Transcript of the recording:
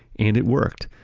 and it worked.